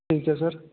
ਠੀਕ ਹੈ ਸਰ